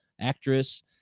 actress